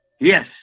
Yes